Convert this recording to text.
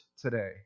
today